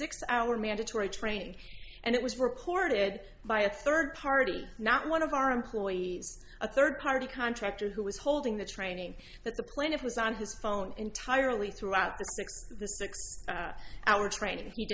six hour mandatory training and it was recorded by a third party not one of our employees a third party contractor who was holding the training that the plaintiff was on his phone entirely throughout the six the six hour training you